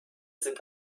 sind